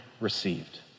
received